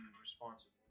responsible